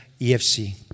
EFC